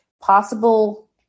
possible